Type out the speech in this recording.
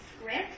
script